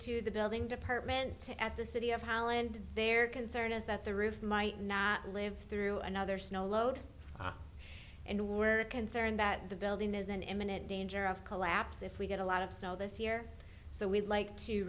to the building department at the city of holland their concern is that the roof might not live through another snow load and we're concerned that the building is in imminent danger of collapse if we get a lot of snow this year so we'd like to